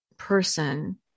person